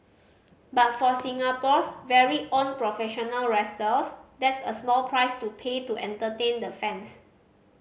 but for Singapore's very own professional that's a small price to pay to entertain the fans